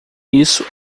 isso